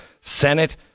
Senate